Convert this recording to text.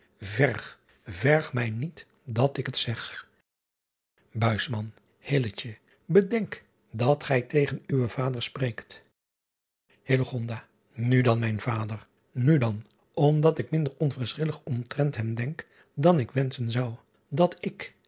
verg mij niet dat ik het zeg edenk dat gij tegen uwen vader spreekt u dan mijn vader nu dan omdat ik minder onverschillig omtrent hem denk dan ik wenschen zou dat ik